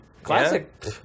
Classic